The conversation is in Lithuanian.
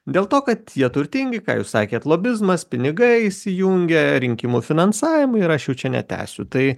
dėl to kad jie turtingi ką jūs sakėt lobizmas pinigai įsijungia rinkimų finansavimui ir aš jau čia netęsiu tai